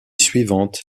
suivante